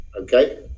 Okay